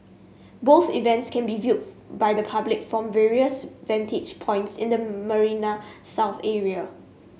both events can be viewed by the public from various vantage points in the Marina South area